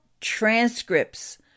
transcripts